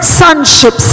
sonship